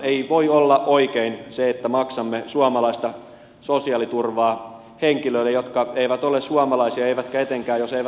ei voi olla oikein se että maksamme suomalaista sosiaaliturvaa henkilöille jotka eivät ole suomalaisia eikä etenkään jos he eivät asu täällä